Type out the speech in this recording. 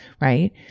right